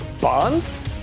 bonds